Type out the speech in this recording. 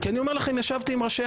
כי אני אומר לכם שישבתי עם ראשי